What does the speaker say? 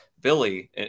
Billy